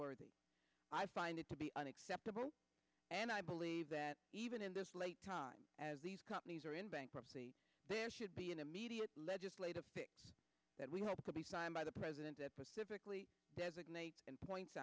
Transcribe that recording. worthy i find it to be unacceptable and i believe that even in this late time as these companies are in bankruptcy there should be an immediate legislative fix that we hope to be signed by the president pacifically designate and points